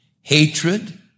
hatred